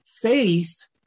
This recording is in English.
Faith